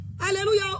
Hallelujah